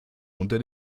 unter